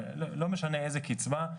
לא משנה איזה קצבה.